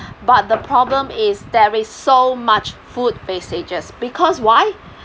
but the problem is there is so much food wastages because why